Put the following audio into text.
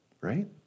right